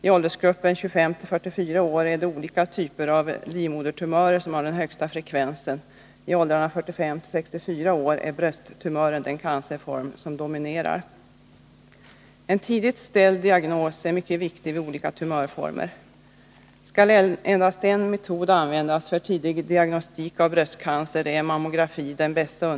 I åldersgruppen 25-44 år är det olika typer av livmodertumörer som har den-högsta frekvensen. I åldrarna 45-64 år är brösttumören den cancerform som dominerar. En tidigt ställd diagnos är mycket viktig vid olika tumörformer. Skall endast en undersökningsmetod användas för tidig diagnostik av bröstcancer, är mammografin den bästa.